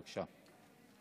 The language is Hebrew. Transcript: בבקשה.